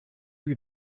lui